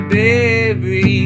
baby